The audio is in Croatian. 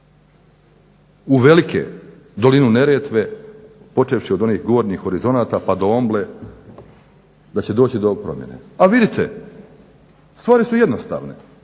uvelike dolinu Neretve, počevši od onih gornjih horizonata pa do Omble, da će doći do promjene. A vidite stvari su jednostavne,